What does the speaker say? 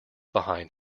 behind